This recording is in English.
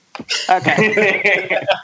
Okay